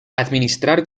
administrar